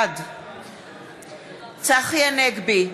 בעד צחי הנגבי,